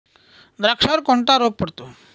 द्राक्षावर कोणता रोग पडतो?